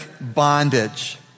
bondage